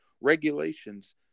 regulations